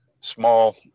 small